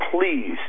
Please